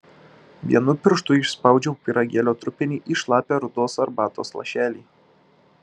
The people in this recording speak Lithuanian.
vienu pirštu įspaudžiau pyragėlio trupinį į šlapią rudos arbatos lašelį